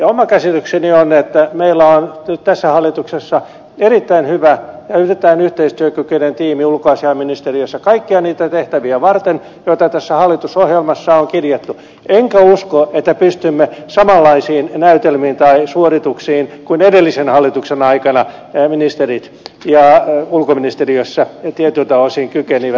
oma käsitykseni on että meillä on nyt tässä hallituksessa erittäin hyvä ja erittäin yhteistyökykyinen tiimi ulkoasiainministeriössä kaikkia niitä tehtäviä varten joita tähän hallitusohjelmaan on kirjattu enkä usko että pystymme samanlaisiin näytelmiin tai suorituksiin kuin edellisen hallituksen aikana ministerit ulkoministeriössä tietyiltä osin kykenivät